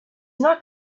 not